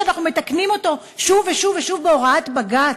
שאנחנו מתקנים אותו שוב ושוב ושוב בהוראת בג"ץ,